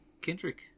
Kendrick